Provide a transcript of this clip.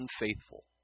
unfaithful